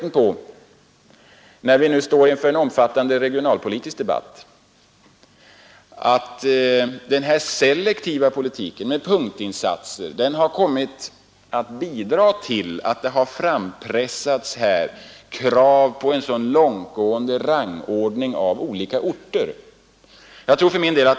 När vi nu står inför en omfattande regionalpolitisk debatt skulle jag också vilja fästa uppmärksamheten på att den selektiva politiken med punktinsatser har bidragit till att det frampressats krav på en långtgående rangordning av olika orter.